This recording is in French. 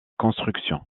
construction